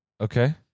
Okay